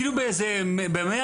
כאילו במאה